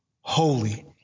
holy